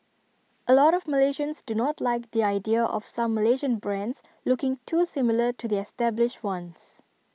A lot of Malaysians do not like the idea of some Malaysian brands looking too similar to the established ones